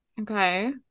Okay